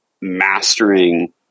mastering